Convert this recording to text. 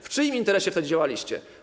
W czyim interesie wtedy działaliście?